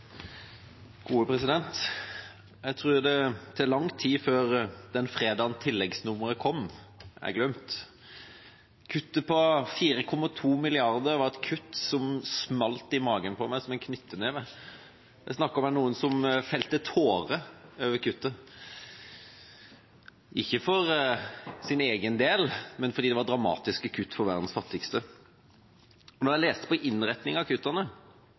lang tid før fredagen tilleggsnummeret kom, blir glemt. Kuttet på 4,2 mrd. kr var et kutt som smalt i magen på meg som en knyttneve. Jeg snakket med noen som felte tårer over kuttet, ikke for sin egen del, men fordi det var dramatiske kutt for verdens fattigste. Da jeg leste om innretningen av kuttene,